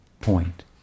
point